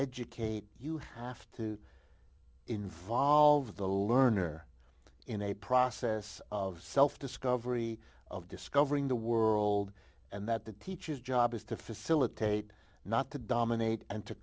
educate you have to involve the learner in a process of self discovery of discovering the world and that the teacher's job is to facilitate not to dominate and to